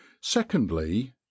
secondly